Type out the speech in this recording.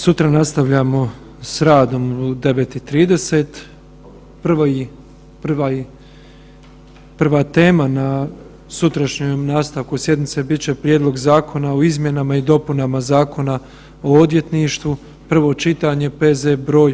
Sutra nastavljamo s radom u 9,30. prva tema na sutrašnjem nastavku sjednice bit će Prijedlog zakona o izmjenama i dopunama Zakona o odvjetništvu, prvo čitanje, P.Z. br.